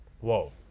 Whoa